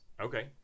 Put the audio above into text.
Okay